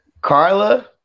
Carla